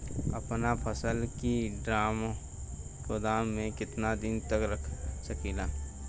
अपना फसल की ड्रामा गोदाम में कितना दिन तक रख सकीला?